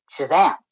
Shazam